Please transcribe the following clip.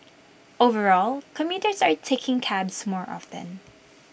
overall commuters are taking cabs more often